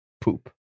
poop